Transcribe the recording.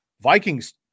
Vikings